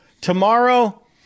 tomorrow